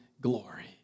glory